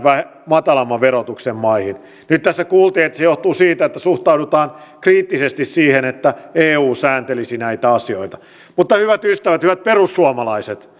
matalamman verotuksen maihin nyt tässä kuultiin että se johtuu siitä että suhtaudutaan kriittisesti siihen että eu sääntelisi näitä asioita mutta hyvät ystävät hyvät perussuomalaiset